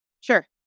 Sure